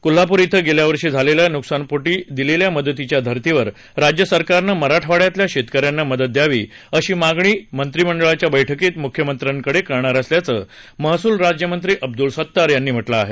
कोल्हापूर इथं गेल्या वर्षी झालेल्या नुकसानीपोटी दिलेल्या मदतीच्या धर्तीवर राज्य सरकारनं मराठवाड्यातल्या शेतकऱ्यांना मदत द्यावी अशी मागणी मंत्रिमंडळाच्या बैठकीत मुख्यमंत्र्याकडे करणार असल्याचं महसूल राज्यमंत्री अब्दूल सत्तार यांनी म्हटलं आहे